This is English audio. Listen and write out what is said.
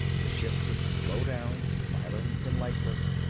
the ship would slow down, silent and lifeless,